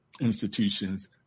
institutions